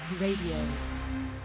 Radio